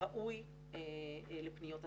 ראוי לפניות הציבור,